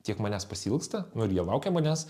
tiek manęs pasiilgsta nu ir jie laukia manęs